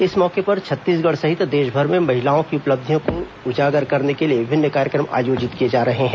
इस मौके पर छत्तीसगढ़ सहित देशभर में महिलाओं की उपलब्धियों को उजागर करने के लिए विभिन्न कार्यक्रम आयोजित किए जा रहे हैं